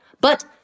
But-